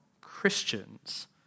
Christians